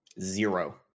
Zero